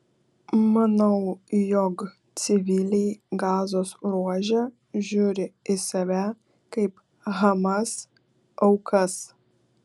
manau jog civiliai gazos ruože žiūri į save kaip hamas aukas